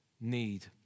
need